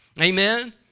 Amen